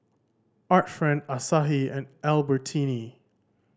Art Friend Asahi and Albertini